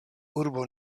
urbo